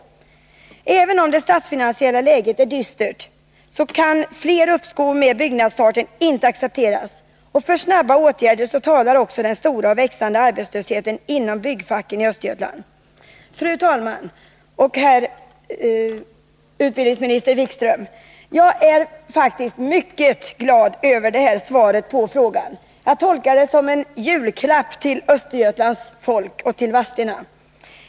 Även om det statsfinansiella läget är dystert kan inte flera uppskov med byggstarten accepteras, och för snabba åtgärder talar också den stora och växande arbetslösheten inom byggfacken i Östergötland. Fru talman och herr utbildningsminister Wikström! Jag är faktiskt mycket glad över detta svar på frågan. Jag tolkar det så att det är en julklapp till Östergötlands folk och till Vadstena.